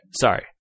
Sorry